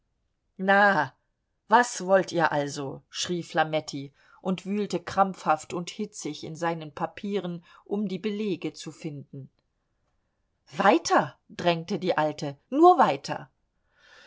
na was wollt ihr also schrie flametti und wühlte krampfhaft und hitzig in seinen papieren um die belege zu finden weiter drängte die alte nur weiter